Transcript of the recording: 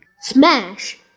smash